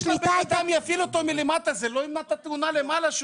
שהבן אדם יפעיל אותו מלמטה לא ימנע את התאונה למעלה.